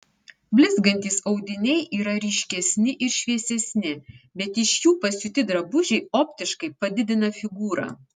blizgantys audiniai yra ryškesni ir šviesesni bet iš jų pasiūti drabužiai optiškai padidina figūrą